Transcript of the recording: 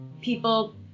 people